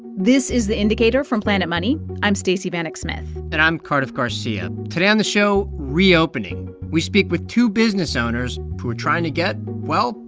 this is the indicator from planet money. i'm stacey vanek smith and i'm cardiff garcia. today on the show reopening. we speak with two business owners who are trying to get, well,